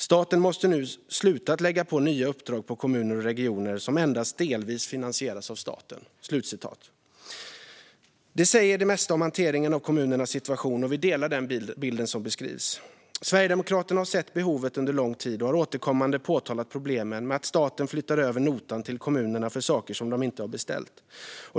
Staten måste nu sluta att lägga på nya uppdrag på kommuner och regioner, som endast delvis finansieras av staten." Det säger det mesta om hanteringen av kommunernas situation, och vi delar den bild som ges. Sverigedemokraterna har sett behovet under lång tid och har återkommande påtalat problemen med att staten flyttar över notan till kommunerna för saker som de inte har beställt.